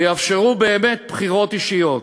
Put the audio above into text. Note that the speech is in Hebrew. ויאפשרו באמת בחירות אישיות.